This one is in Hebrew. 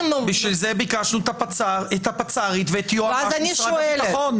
בשביל זה ביקשנו את הפצ"רית ואת היועץ המשפטי של משרד הביטחון.